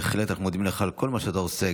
בהחלט אנחנו מודים לך על כל מה שאתה עושה,